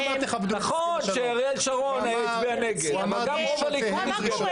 מה קורה?